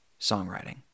songwriting